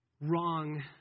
wrong